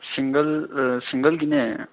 single ꯁꯤꯡꯒꯜꯒꯤꯅꯦ